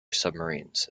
submarines